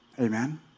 Amen